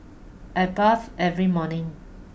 I bathe every morning